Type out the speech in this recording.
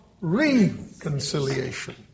reconciliation